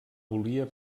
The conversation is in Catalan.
volia